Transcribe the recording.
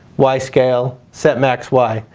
y scale, set max y.